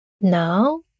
Now